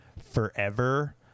forever